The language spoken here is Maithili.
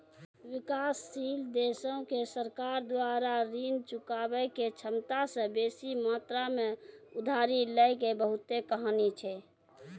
विकासशील देशो के सरकार द्वारा ऋण चुकाबै के क्षमता से बेसी मात्रा मे उधारी लै के बहुते कहानी छै